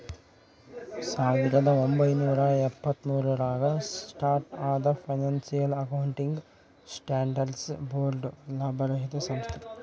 ಸಾವಿರದ ಒಂಬೈನೂರ ಎಪ್ಪತ್ತ್ಮೂರು ರಾಗ ಸ್ಟಾರ್ಟ್ ಆದ ಫೈನಾನ್ಸಿಯಲ್ ಅಕೌಂಟಿಂಗ್ ಸ್ಟ್ಯಾಂಡರ್ಡ್ಸ್ ಬೋರ್ಡ್ ಲಾಭರಹಿತ ಸಂಸ್ಥೆ